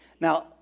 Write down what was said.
Now